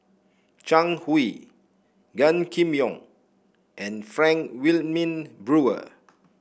Zhang Hui Gan Kim Yong and Frank Wilmin Brewer